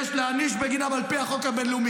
שיש להעניש בגינם על פי החוק הבין-לאומי,